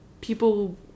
people